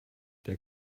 der